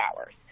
hours